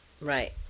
Right